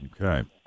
Okay